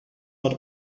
not